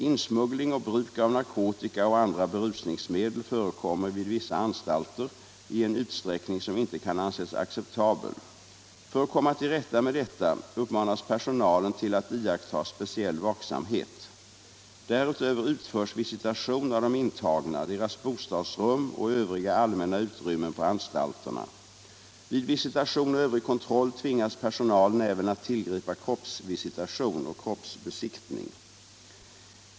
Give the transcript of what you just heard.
Insmuggling och bruk av narkotika och andra berusningsmedel förekommer vid vissa anstalter i en utsträckning som inte kan anses acceptabel. För att komma till rätta med detta uppmanas personalen att iaktta speciell vaksamhet. Därutöver utförs visitation av de intagna, deras bostadsrum och övriga allmänna utrymmen på anstalterna. Vid visitation och övrig kontroll tvingas personalen även att tillgripa kroppsvisitation och kroppsbesiktning.